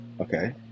okay